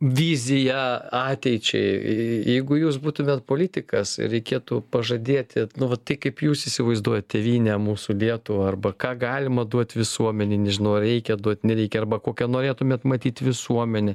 vizija ateičiai jeigu jūs būtumėt politikas ir reikėtų pažadėti nu vat tai kaip jūs įsivaizduojat tėvynę mūsų lietuvą arba ką galima duot visuomenei nežinau ar reikia duot nereikia arba kokią norėtumėt matyt visuomenę